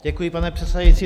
Děkuji, pane předsedající.